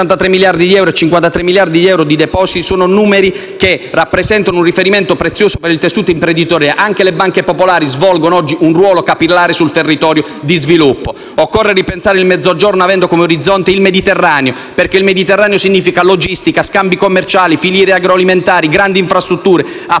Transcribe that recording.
il Mediterraneo significa logistica, scambi commerciali, filiere agroalimentari, grandi infrastrutture,